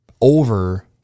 over